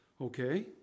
Okay